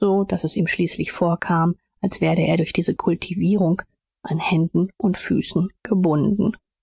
so daß es ihm schließlich vorkam als werde er durch diese kultivierung an händen und füßen gebunden